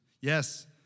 Yes